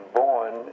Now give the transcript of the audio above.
born